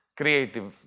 creative